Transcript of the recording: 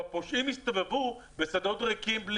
והפושעים יסתובבו בשדות ריקים.